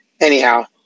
Anyhow